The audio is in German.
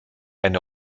eine